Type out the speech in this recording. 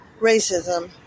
racism